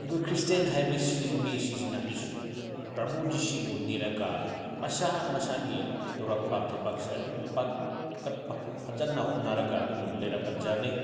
ꯑꯩꯈꯣꯏ ꯈ꯭ꯔꯤꯁꯇꯤꯌꯟ ꯍꯥꯏꯕꯁꯤ ꯃꯤꯁꯤꯁꯤꯅ ꯄ꯭ꯔꯚꯨ ꯖꯤꯁꯨꯕꯨ ꯅꯤꯔꯒ ꯃꯁꯥ ꯃꯁꯥꯒꯤ ꯇꯧꯔꯛꯄ ꯊꯕꯛꯁꯦ ꯑꯗꯨꯝ ꯀꯠꯄ ꯐꯖꯅ ꯍꯣꯠꯅꯔꯒ ꯑꯗꯨꯝ ꯂꯩꯔꯛꯄꯖꯥꯠꯅꯤ